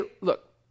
look